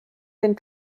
den